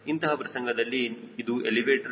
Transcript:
ಇಂತಹ ಪ್ರಸಂಗದಲ್ಲಿ ಇದು ಎಲಿವೇಟರ್